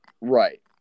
right